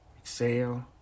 Exhale